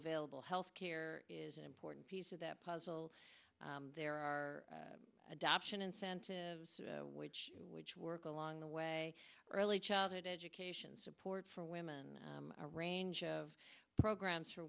available health care is an important piece of that puzzle there are adoption incentives which which work along the way early childhood education support for women a range of programs for